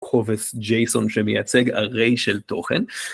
קובץ ג'ייסון שמייצג array של תוכן.